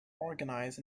organize